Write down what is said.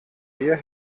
mir